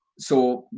so,